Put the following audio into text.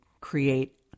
create